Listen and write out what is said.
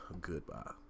Goodbye